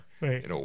Right